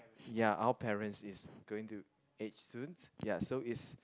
ya our parents is going to age soon ya so is